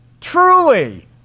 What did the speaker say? Truly